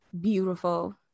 beautiful